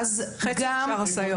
חצי משאר הסייעות.